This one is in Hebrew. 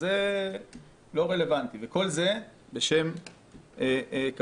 זה לא רלוונטי, וכל זה בשם השוויון.